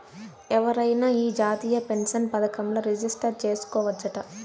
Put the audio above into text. ఎవరైనా ఈ జాతీయ పెన్సన్ పదకంల రిజిస్టర్ చేసుకోవచ్చట